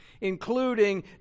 including